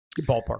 ballpark